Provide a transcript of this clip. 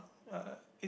uh